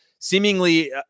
Seemingly